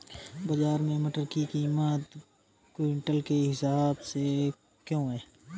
बाजार में मटर की कीमत क्विंटल के हिसाब से क्यो है?